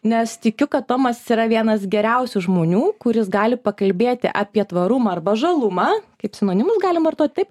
nes tikiu kad tomas yra vienas geriausių žmonių kuris gali pakalbėti apie tvarumą arba žalumą kaip sinonimus galim vartot taip